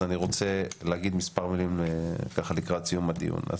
אז אני רוצה להגיד מספר מילים לקראת סיום הדיון.